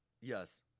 Yes